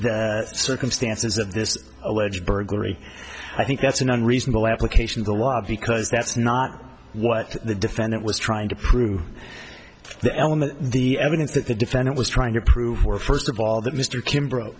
the circumstances of this alleged burglary i think that's an unreasonable application of the law because that's not what the defendant was trying to prove the element the evidence that the defendant was trying to prove were first of all that mr kim bro